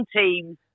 teams